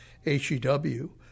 HEW